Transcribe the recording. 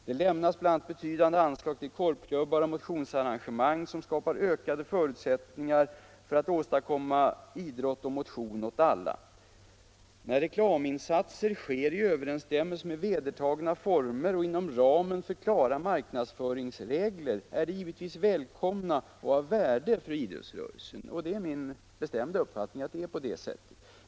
Det lämnas bl.a. betydande anslag till korpklubbar och motionsarrangemang, som skapar ökade förutsättningar för att åstadkomma idrott och motion åt alla. När reklaminsatser sker i överensstämmelse med vedertagna former och inom ramen för klara marknadsföringsregler är de givetvis välkomna och av värde för idrottsrörelsen.” Det är min bestämda uppfattning att det är på det sättet.